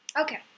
Okay